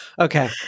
okay